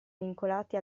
vincolati